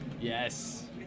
Yes